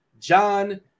John